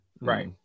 Right